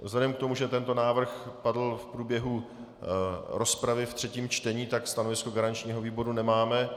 Vzhledem k tomu, že tento návrh padl v průběhu rozpravy ve třetím čtení, tak stanovisko garančního výboru nemáme.